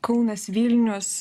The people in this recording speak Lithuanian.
kaunas vilnius